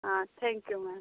हाँ thank you ma'am